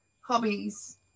hobbies